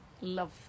love